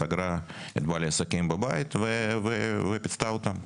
סגרה את בעלי העסקים בבית ופיצתה אותם.